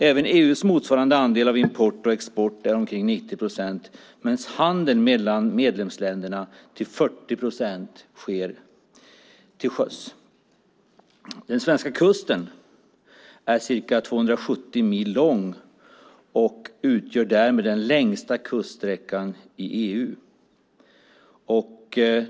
Även EU:s motsvarande andel av import och export är omkring 90 procent, medan handeln mellan medlemsländerna till 40 procent sker till sjöss. Den svenska kusten är ca 270 mil lång och utgör därmed den längsta kuststräckan i EU.